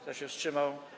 Kto się wstrzymał?